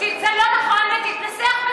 תתנסח,